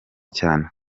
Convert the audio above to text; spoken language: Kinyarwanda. cyane